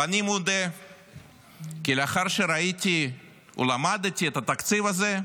ואני מודה כי לאחר שראיתי ולמדתי את התקציב הזה,